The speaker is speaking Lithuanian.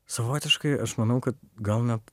savotiškai aš manau kad gal net